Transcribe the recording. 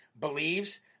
believes